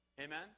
amen